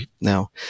now